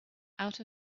out